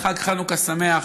חג חנוכה שמח.